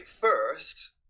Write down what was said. first